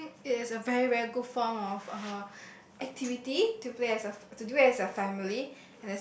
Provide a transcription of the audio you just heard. I think it is a very very good form of uh activity to play as a to do as a family